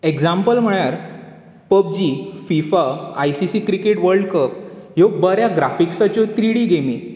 example म्हळ्यार PUBG FIFA I C C cricket world cup ह्यो बऱ्या ग्राफिक्साच्यो थ्री डी गॅमी